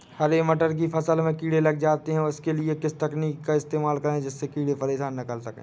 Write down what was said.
हरे मटर की फसल में कीड़े लग जाते हैं उसके लिए किस तकनीक का इस्तेमाल करें जिससे कीड़े परेशान ना कर सके?